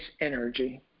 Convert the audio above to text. energy